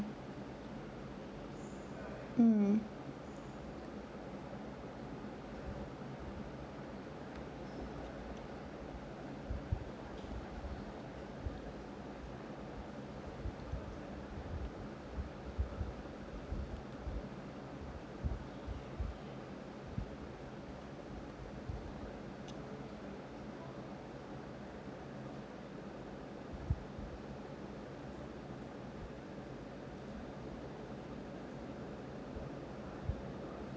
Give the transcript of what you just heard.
mm